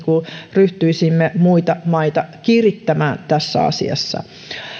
ryhtyisimme muita maita kirittämään tässä asiassa